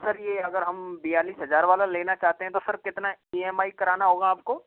हाँ जी ये अगर हम यह बयालिस हजार वाला लेना चाहते हैं तो सर कितना ई एम आई कराना होगा आपको